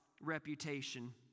reputation